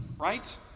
right